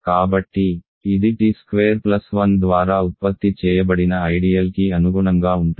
కాబట్టి ఇది t square plus 1 ద్వారా ఉత్పత్తి చేయబడిన ఐడియల్ కి అనుగుణంగా ఉంటుంది